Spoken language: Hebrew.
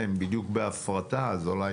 הם בדיוק בהפרטה ואולי